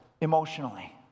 emotionally